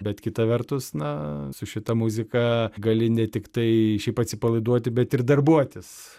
bet kita vertus na su šita muzika gali ne tiktai šiaip atsipalaiduoti bet ir darbuotis